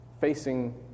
facing